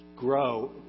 Grow